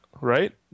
Right